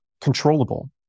controllable